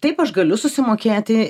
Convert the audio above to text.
taip aš galiu susimokėti